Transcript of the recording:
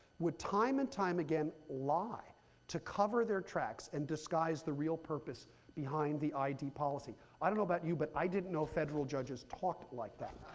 would time and time again lie to cover their tracks and disguise the real purpose behind the id policy. i don't know about you, but i didn't know federal judges talked like that.